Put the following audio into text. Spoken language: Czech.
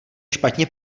špatně